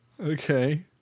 Okay